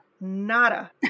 Nada